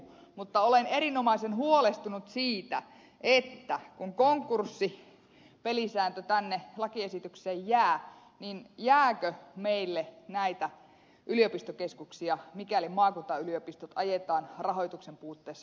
mutta olen erinomaisen huolestunut siitä että kun konkurssipelisääntö tänne lakiesitykseen jää niin jääkö meille näitä yliopistokeskuksia mikäli maakuntayliopistot ajetaan rahoituksen puutteessa konkurssiin